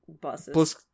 buses